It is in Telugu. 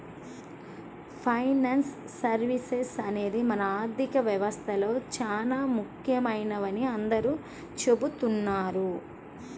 ఫైనాన్స్ సర్వీసెస్ అనేవి మన ఆర్థిక వ్యవస్థలో చానా ముఖ్యమైనవని అందరూ చెబుతున్నారు